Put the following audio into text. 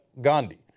Gandhi